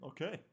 Okay